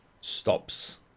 stops